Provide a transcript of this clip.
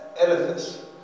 edifice